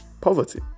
poverty